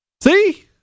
See